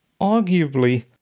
arguably